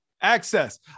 Access